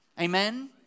Amen